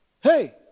Hey